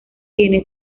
tiene